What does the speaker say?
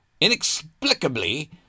Inexplicably